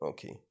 Okay